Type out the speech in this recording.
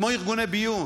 כמו ארגוני ביון,